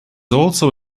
also